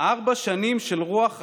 "ארבע שנים של רוח רעה,